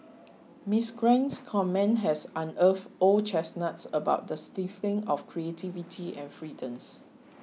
Miss Gwen's comment has unearthed old chestnuts about the stifling of creativity and freedoms